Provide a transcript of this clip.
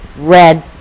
red